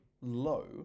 low